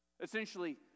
Essentially